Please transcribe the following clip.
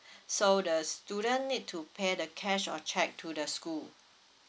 so the student need to pay the cash or cheque to the school